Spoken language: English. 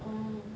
oh